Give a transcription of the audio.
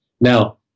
Now